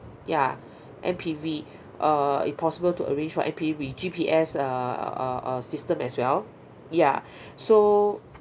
yeah M_P_V err if possible to arrange for M_P_V with G_P_S uh uh uh system as well ya so